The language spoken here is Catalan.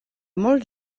molt